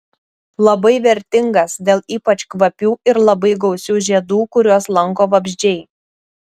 labai vertingas dėl ypač kvapių ir labai gausių žiedų kuriuos lanko vabzdžiai